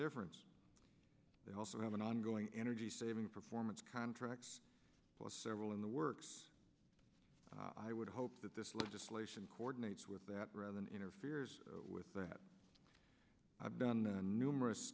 difference they also have an ongoing energy saving performance contract several in the works i would hope that this legislation coordinates with that rather than interfere with that i've done numerous